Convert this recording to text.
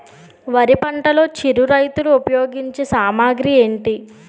వరి పంటలో చిరు రైతులు ఉపయోగించే సామాగ్రి ఏంటి?